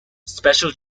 special